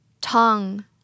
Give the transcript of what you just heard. tongue